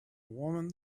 woman